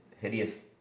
hideous